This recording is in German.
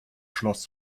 schloss